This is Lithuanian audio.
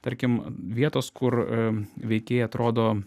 tarkim vietos kur veikėjai atrodo